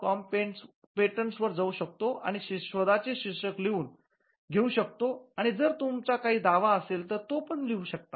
कॉमपेटंटस वर जाऊ शकतो आणि शोधाचे शीर्षक लिहून घेऊ शकतो आणि जर तुमचा काही दावा असेल तर तो पण लिहू शकतात